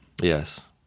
Yes